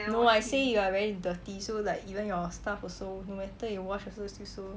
no I say you are very dirty so like even your stuff also no matter you wash still so